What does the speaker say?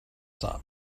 some